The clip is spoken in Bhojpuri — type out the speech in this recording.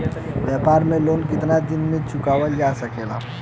व्यापार के लोन कितना दिन मे चुकावल जा सकेला?